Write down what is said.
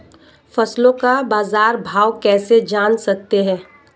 फसलों का बाज़ार भाव कैसे जान सकते हैं?